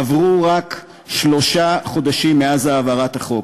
עברו רק שלושה חודשים מאז העברת החוק.